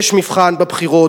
יש מבחן בבחירות.